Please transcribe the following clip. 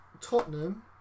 Tottenham